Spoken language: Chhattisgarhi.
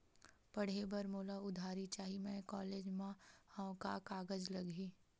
पढ़े बर मोला उधारी चाही मैं कॉलेज मा हव, का कागज लगही?